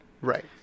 Right